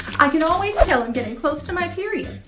i can always tell i'm getting close to my period.